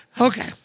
Okay